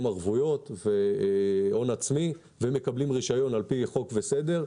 ערבויות והנון עצמי ומקבלים רישיון על-פי חוק וסדר,